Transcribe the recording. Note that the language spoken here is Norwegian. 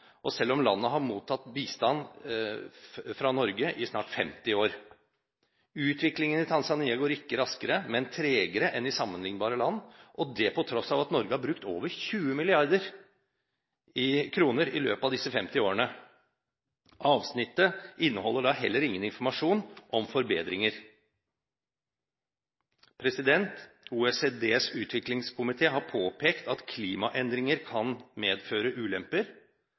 land, selv om landet har mottatt bistand fra Norge i snart 50 år. Utviklingen i Tanzania går ikke raskere, men tregere enn i sammenlignbare land, og det på tross av at Norge har brukt over 20 mrd. kr i løpet av disse 50 årene. Avsnittet inneholder da heller ingen informasjon om forbedringer. OECDs utviklingskomité har påpekt at klimaendringer kan medføre ulemper,